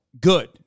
good